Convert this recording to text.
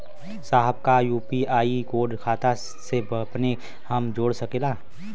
साहब का UPI code खाता से अपने हम जोड़ सकेला?